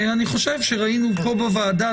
אני חושב שראינו פה בוועדה,